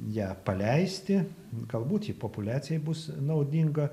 ją paleisti galbūt ji populiacijai bus naudinga